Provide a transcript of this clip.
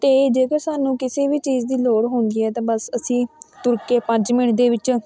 ਅਤੇ ਜੇਕਰ ਸਾਨੂੰ ਕਿਸੇ ਵੀ ਚੀਜ਼ ਦੀ ਲੋੜ ਹੁੰਦੀ ਹੈ ਤਾਂ ਬਸ ਅਸੀਂ ਤੁਰ ਕੇ ਪੰਜ ਮਿੰਟ ਦੇ ਵਿੱਚ